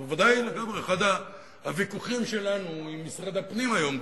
זה בוודאי אחד הוויכוחים שלנו עם משרד הפנים היום,